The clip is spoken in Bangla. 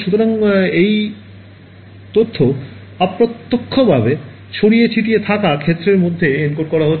সুতরাং এই তথ্য অপ্রত্যক্ষভাবে ছড়িয়ে ছিটিয়ে থাকা ক্ষেত্রের মধ্যে এনকোড করা হচ্ছে